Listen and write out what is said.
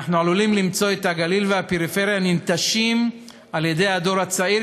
אנחנו עלולים למצוא את הגליל והפריפריה ננטשים על-ידי הדור הצעיר,